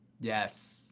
Yes